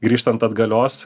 grįžtant atgalios